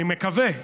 אני מקווה,